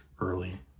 early